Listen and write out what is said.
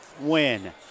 win